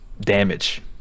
damage